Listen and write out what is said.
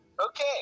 Okay